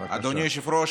אדוני היושב-ראש,